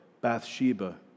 Bathsheba